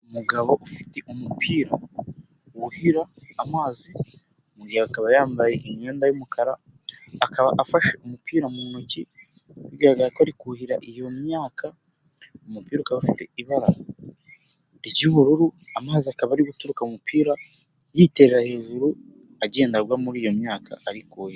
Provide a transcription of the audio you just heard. Umugabo ufite umupira wuhira amazi akaba yambaye imyenda y'umukara, akaba afashe umupira mu ntoki bigaragara ko ari kuhira iyo myaka, umupira ukaba ufite ibara ry'ubururu, amazi akaba ari guturuka mu mupira yiterera hejuru agenda agwa muri iyo myaka ari kuhira.